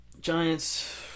Giants